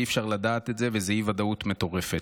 כי אי-אפשר לדעת את זה וזו אי-ודאות מטורפת.